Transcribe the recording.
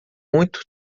muito